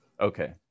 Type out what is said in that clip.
Okay